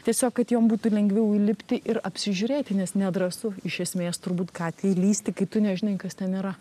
tiesiog kad jom būtų lengviau įlipti ir apsižiūrėti nes nedrąsu iš esmės turbūt katei lįsti kai tu nežinai kas ten yra